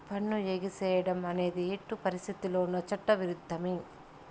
పన్ను ఎగేసేడం అనేది ఎట్టి పరిత్తితుల్లోనూ చట్ట ఇరుద్ధమే